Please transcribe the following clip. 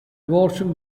abortion